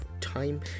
Time